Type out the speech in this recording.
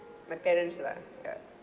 my parents lah ya